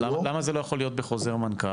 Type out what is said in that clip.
למה זה לא יכול להיות בחוזר מנכ"ל?